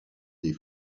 des